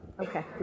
Okay